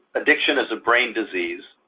addiction is a brain disease,